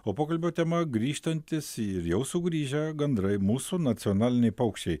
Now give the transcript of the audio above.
o pokalbio tema grįžtantys ir jau sugrįžę gandrai mūsų nacionaliniai paukščiai